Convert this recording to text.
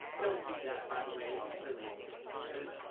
don't do that, by the way. it was really